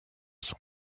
son